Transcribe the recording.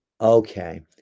Okay